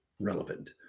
relevant